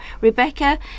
Rebecca